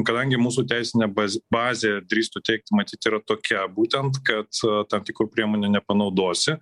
kadangi mūsų teisinė baz bazė drįstu teigti matyt yra tokia būtent kad tam tikrų priemonių nepanaudosi